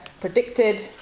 predicted